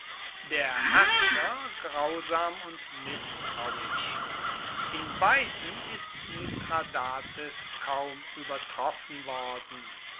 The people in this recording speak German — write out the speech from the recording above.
der herrscher grausam und mißtrauisch in beiden ist mithradates kaum übertroffen worden